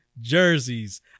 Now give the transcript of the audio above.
jerseys